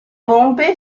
pompe